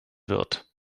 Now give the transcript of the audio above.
wird